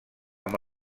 amb